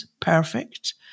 perfect